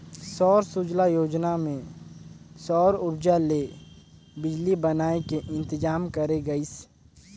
सौर सूजला योजना मे सउर उरजा ले बिजली बनाए के इंतजाम करे गइस